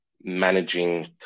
managing